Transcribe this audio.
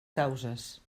causes